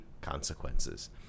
consequences